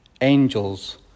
angels